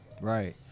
Right